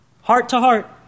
Heart-to-heart